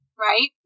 Right